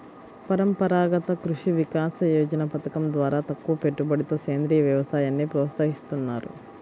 పరంపరాగత కృషి వికాస యోజన పథకం ద్వారా తక్కువపెట్టుబడితో సేంద్రీయ వ్యవసాయాన్ని ప్రోత్సహిస్తున్నారు